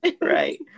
Right